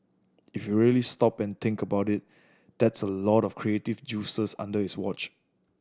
if you really stop and think about it that's a lot of creative juices under his watch